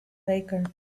baker